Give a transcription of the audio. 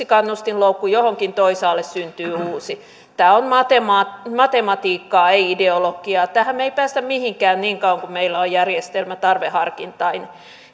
kannustinloukku johonkin toisaalle syntyy uusi tämä on matematiikkaa matematiikkaa ei ideologiaa me emme pääse mihinkään niin kauan kuin meillä on tarveharkintainen